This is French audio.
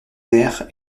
mère